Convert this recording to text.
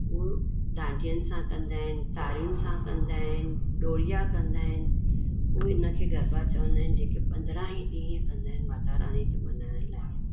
उहा डांडियनि सां कंदा आहिनि तारियुनि सां कंदा आहिनि डोडिया कंदा आहिनि उहे हिनखे गरबा चवंदा आहिनि जेके पंद्रहां ही ॾींहं कंदा आहिनि माताराणीअ खे मल्हाइण लाइ